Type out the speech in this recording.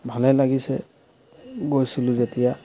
ভালে লাগিছে গৈছিলো যেতিয়া